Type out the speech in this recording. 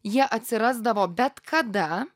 jie atsirasdavo bet kada